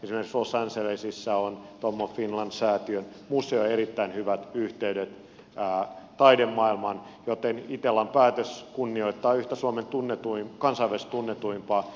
esimerkiksi los angelesissa on tom of finland säätiön museo ja erittäin hyvät yhteydet taidemaailmaan joten itellan päätös kunnioittaa yhtä suomen kansainvälisesti tunnetuinta taiteilijaa